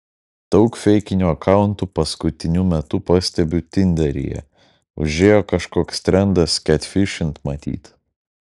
daug feikinių akauntų paskutiniu metu pastebiu tinderyje užėjo kažkoks trendas ketfišint matyt